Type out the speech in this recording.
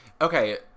Okay